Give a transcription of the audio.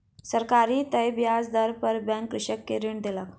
सरकारी तय ब्याज दर पर बैंक कृषक के ऋण देलक